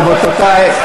רבותי,